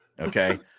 okay